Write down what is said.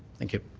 thank you.